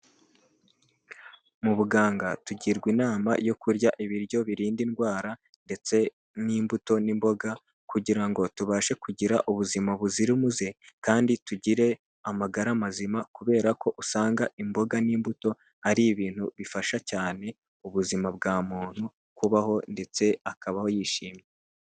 Mu buganga tugirwa inama yo kurya ibiryo birinda indwara, ndetse n'imbuto n'imboga kugira ngo tubashe kugira ubuzima buzira umuze, kandi tugire amagara mazima kubera ko usanga imboga n'imbuto ari ibintu bifasha cyane ubuzima bwa muntu, kubaho ndetse akabaho yishimye.